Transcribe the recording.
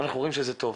אנחנו רואים שזה טוב.